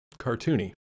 cartoony